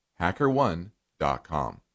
HackerOne.com